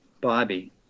Bobby